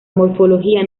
morfología